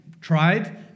tried